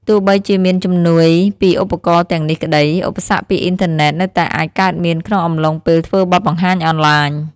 ទោះបីជាមានជំនួយពីឧបករណ៍ទាំងនេះក្ដី ឧបសគ្គពីអ៊ីនធឺណេតនៅតែអាចកើតមានក្នុងអំឡុងពេលធ្វើបទបង្ហាញអនឡាញ។